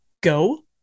go